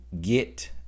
get